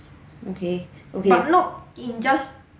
okay okay